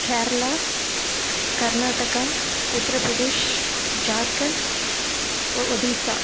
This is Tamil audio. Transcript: கேரளா கர்நாடகா உத்திரப்பிரதேஷ் ஜார்கண்ட் ஒ ஒடிசா